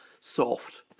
soft